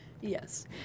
Yes